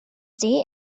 see